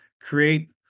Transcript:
create